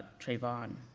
trayvon.